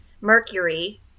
Mercury